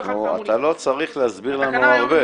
אחד --- אתה לא צריך להסביר לנו הרבה.